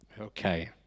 Okay